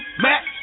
Mac